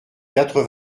quatre